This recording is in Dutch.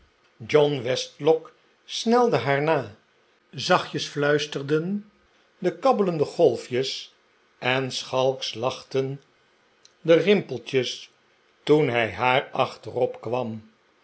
john westlock snelde haar na zachtjes fluisterden de kabbelende golfjes en schalks lachten de rimpeltjes toen hij haar acnterop kwam